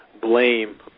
blame